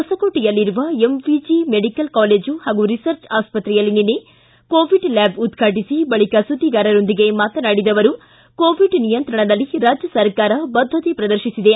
ಹೊಸಕೋಟೆಯಲ್ಲಿರುವ MVJ medical college ಪಾಗೂ research ಆಸ್ತ್ರೆಯಲ್ಲಿ ನಿನ್ನೆ ಕೋವಿಡ್ ಲ್ಲಾಬ್ ಉದ್ವಾಟಿಸಿ ಬಳಿಕ ಸುದ್ವಿಗಾರರೊಂದಿಗೆ ಮಾತನಾಡಿದ ಅವರು ಕೋವಿಡ್ ನಿಯಂತ್ರಣದಲ್ಲಿ ರಾಜ್ಯ ಸರಕಾರ ಬದ್ದತೆ ಪ್ರದರ್ಶಿಸಿದೆ